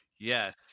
Yes